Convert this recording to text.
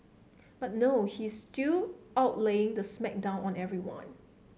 but no he is still out laying the smack down on everyone